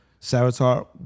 Savitar